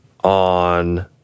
on